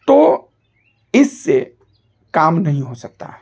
तो इससे काम नहीं हो सकता है